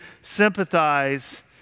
sympathize